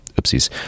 oopsies